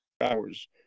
hours